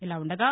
ఇలా వుండగా